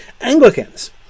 Anglicans